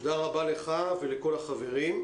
תודה רבה לך ולכל החברים.